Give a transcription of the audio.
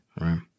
right